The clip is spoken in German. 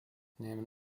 nehmen